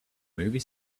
movie